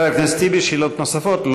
חבר הכנסת טיבי, שאלות נוספות?